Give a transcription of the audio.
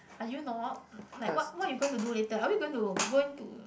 are you not like what what you going to do later are we going to go into